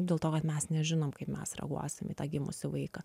dėl to kad mes nežinom kaip mes reaguosim į tą gimusį vaiką